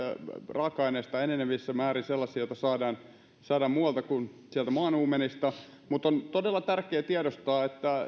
raaka aineista enenevissä määrin sellaisiin joita saadaan muualta kuin maan uumenista mutta on todella tärkeä tiedostaa